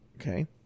Okay